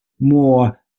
more